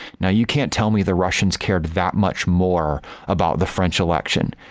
now, you can't tell me the russians cared that much more about the french election.